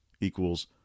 equals